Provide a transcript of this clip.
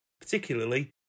particularly